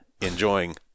enjoying